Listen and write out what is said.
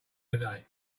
today